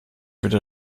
wieder